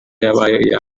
yabaye